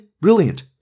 brilliant